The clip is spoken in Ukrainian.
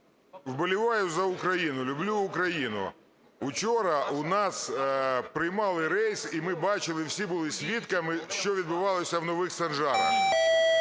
вболіваю за Україну, люблю Україну. Вчора у нас приймали рейс, і ми бачили, всі були свідками, що відбувалося в Нових Санжарах.